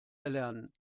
erlernen